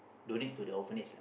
donate to the orphanage lah